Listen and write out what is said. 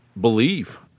believe